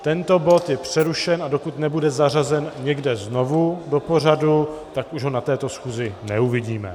Tento bod je přerušen, a dokud nebude zařazen někde znovu do pořadu, tak už ho na této schůzi neuvidíme.